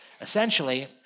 Essentially